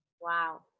Wow